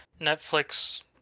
Netflix